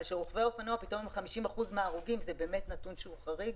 אבל זה שרוכבי האופנוע הם 50% מההרוגים זה באמת נתון שהוא חריג,